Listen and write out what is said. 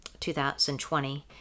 2020